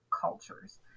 cultures